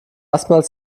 erstmals